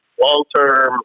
long-term